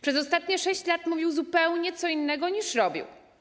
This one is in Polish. Przez ostatnie 6 lat mówił zupełnie co innego, niż robił.